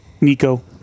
Nico